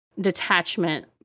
detachment